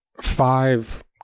five